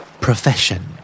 Profession